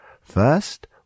first